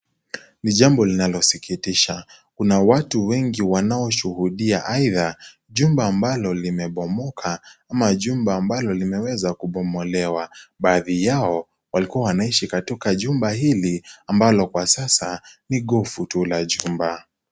Ni jambo linalosikitisha, kuna watu wengi wanaoshuhudia aidha, jumba ambalo limebomoka ama jumba ambalo limeweza kubomolewa. Baadhi yao, walikuwa wanaishi katika jumba hili ambalo kwa sasa ni gofu tu la jumba.